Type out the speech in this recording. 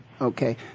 Okay